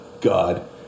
God